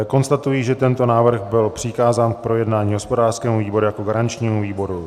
Konstatuji, že tento návrh byl přikázán k projednání hospodářskému výboru jako garančnímu výboru.